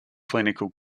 clinical